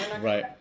Right